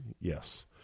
yes